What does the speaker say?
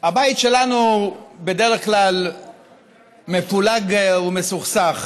הבית שלנו בדרך כלל מפולג ומסוכסך,